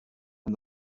and